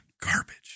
garbage